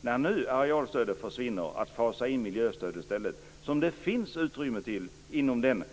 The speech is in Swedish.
När nu arealstödet försvinner är det ett ganska enkelt sätt att fasa in miljöstöd i stället. Det finns det utrymme för inom den